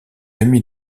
ami